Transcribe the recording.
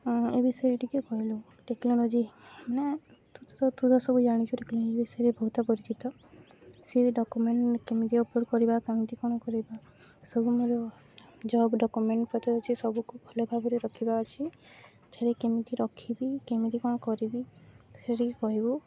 ଏ ବିଷୟରେ ଟିକେ କହିଲୁ ଟେକ୍ନୋଲୋଜି ନା ତୁ ତୁ ତ ସବୁ ଜାଣିଛୁ ଟେକ୍ନୋଲୋଜି ବିଷୟରେ ବହୁତ ପରିଚିତ ସେ ବି ଡକୁମେଣ୍ଟ କେମିତି ଅପଲୋଡ଼ କରିବା କେମିତି କ'ଣ କରିବା ସବୁ ମୋର ଜବ୍ ଡକୁମେଣ୍ଟ ପତ୍ର ଅଛି ସବୁକୁ ଭଲ ଭାବରେ ରଖିବା ଅଛି ସେଥିରେ କେମିତି ରଖିବି କେମିତି କଣ କରିବି ସେଇଟା ଟିକେ କହିବୁ